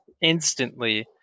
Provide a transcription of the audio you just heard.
instantly